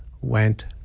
went